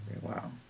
Wow